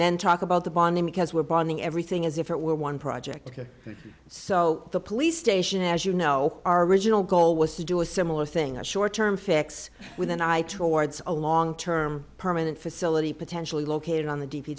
then talk about the bonding because we're bonding everything as if it were one project so the police station as you know our original goal was to do a similar thing a short term fix with an eye towards a long term permanent facility potentially located on the